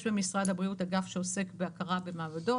יש במשרד הבריאות אגף שעוסק בהכרה במעבדות